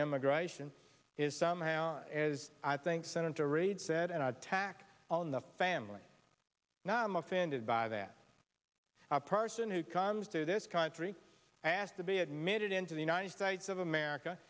immigration is somehow as i think senator reid said an attack on the family now i'm offended by that a person who comes to this country asked to be admitted into the united states of america